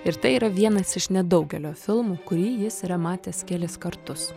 ir tai yra vienas iš nedaugelio filmų kurį jis yra matęs kelis kartus